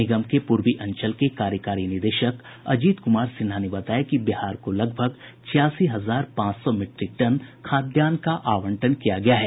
निगम के पूर्वी अंचल के कार्यकारी निदेशक अजीत कुमार सिन्हा ने बताया है कि बिहार को लगभग छियासी हजार पांच सौ मीट्रिक टन खाद्यान्न का आवंटन किया गया है